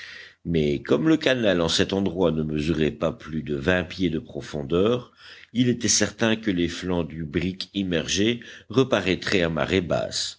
mais comme le canal en cet endroit ne mesurait pas plus de vingt pieds de profondeur il était certain que les flancs du brick immergé reparaîtraient à marée basse